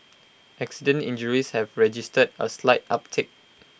accident injuries have registered A slight uptick